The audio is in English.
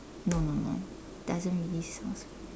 no no no doesn't really sound